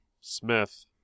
Smith